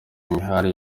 imirari